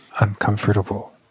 uncomfortable